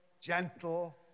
gentle